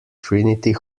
trinity